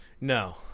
No